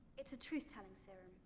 it's a truth-telling serum.